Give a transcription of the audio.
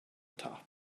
top